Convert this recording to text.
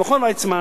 במכון ויצמן